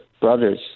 brothers